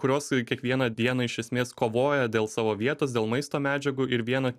kurios kiekvieną dieną iš esmės kovoja dėl savo vietos dėl maisto medžiagų ir viena